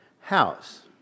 house